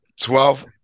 Twelve